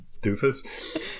doofus